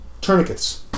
Tourniquets